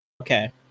Okay